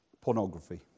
Pornography